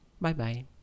Bye-bye